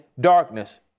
darkness